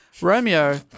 Romeo